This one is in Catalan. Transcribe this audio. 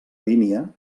línia